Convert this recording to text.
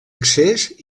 accés